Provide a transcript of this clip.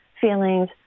feelings